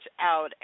out